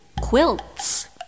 Quilts